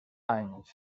anys